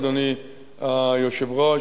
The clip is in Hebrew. אדוני היושב-ראש,